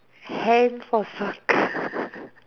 hand for soccer